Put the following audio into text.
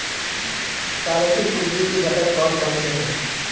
कार्यशील पूंजी के घटक कौन कौन से हैं?